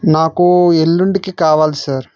నాకు ఎల్లుండికి కావాలి సార్